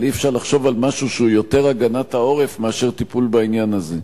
אבל אי-אפשר לחשוב על משהו שהוא יותר הגנת העורף מאשר טיפול בעניין הזה.